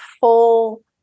full